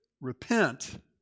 repent